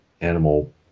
animal